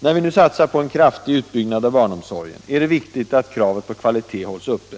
är vi nu satsar på en kraftig utbyggnad av barnomsorgen, är det viktigt att kravet på kvalitet hålls uppe.